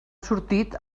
sortit